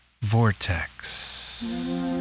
Vortex